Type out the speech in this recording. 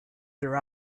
their